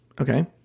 Okay